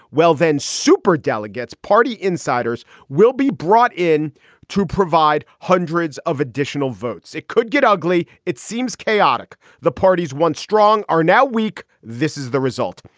well, then superdelegates, party insiders will be brought in to provide hundreds of additional votes. it could get ugly. it seems chaotic. the party's one strong are now weak. this is the result.